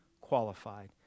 qualified